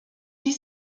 die